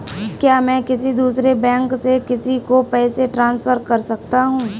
क्या मैं किसी दूसरे बैंक से किसी को पैसे ट्रांसफर कर सकता हूँ?